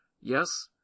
Yes